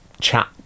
chat